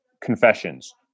confessions